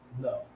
No